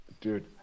Dude